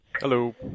Hello